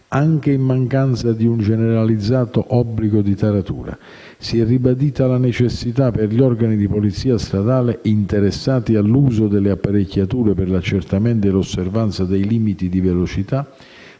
anche in mancanza di un generalizzato obbligo di taratura, si è ribadita la necessità, per gli organi di polizia stradale interessati all'uso delle apparecchiature per l'accertamento e l'osservanza dei limiti di velocità,